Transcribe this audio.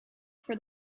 for